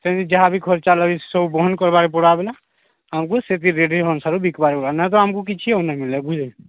ସେମି ଯାହା ବି ଖର୍ଚ୍ଚା ଲାଗ୍ବ ସେବୁ ବନ୍ଦ କରବାର୍ ପଡ଼୍ବା ବୋଲେ ଆମକୁ ସେତିି ରେଡ଼ି଼ ବିକ୍ବାର୍କେ ପଦ୍ବା ନାଇ ତ ଆମକୁ କିଛୁ ନାଇ ମିିଲେ ବୁଝିଲି